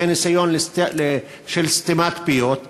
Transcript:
זה ניסיון לסתימת פיות,